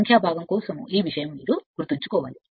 సంఖ్యా భాగం కోసం ఈ విషయం మీరు గుర్తుంచుకోవాలి